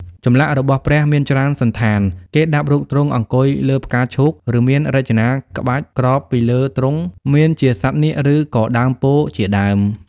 ចម្លាក់របស់ព្រះមានច្រើនសណ្ឋានគេដាប់រូបទ្រង់អង្គុយលើផ្កាឈូកឬមានរចនាក្បាច់ក្របពីលើទ្រង់មានជាសត្វនាគឬក៏ដើមពោធិ៍ជាដើម។